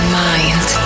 mind